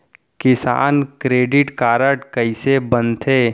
किसान credit card कइसे बनथे?